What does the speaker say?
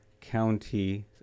County